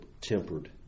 tempered